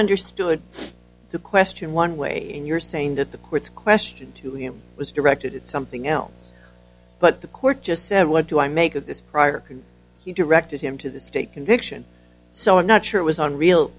understood the question one way and you're saying that the court's question to him was directed at something else but the court just said what do i make of this prior case he directed him to the state conviction so i'm not sure was on real